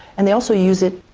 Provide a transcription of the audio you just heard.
and they also use it,